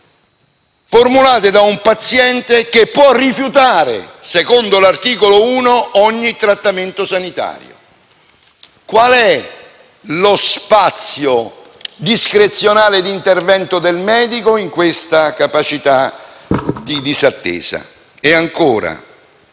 formulate da un paziente che, secondo l'articolo 1, può rifiutare ogni trattamento sanitario? Qual è lo spazio discrezionale d'intervento del medico in questa capacità di disattesa? E ancora: